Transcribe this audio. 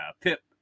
Pip